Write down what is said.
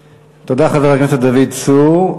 תודה, חבר הכנסת דוד צור.